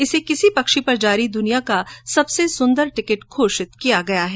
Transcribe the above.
इसे किसी पक्षी पर जारी दुनिया का सबसे सुंदर टिकिट घोषित किया गया है